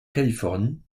californie